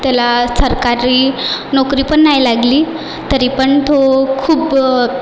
त्याला सरकारी नोकरी पण नाही लागली तरी पण तो खूप